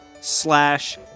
slash